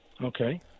Okay